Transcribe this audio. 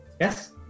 Yes